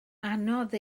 anodd